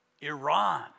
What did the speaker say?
Iran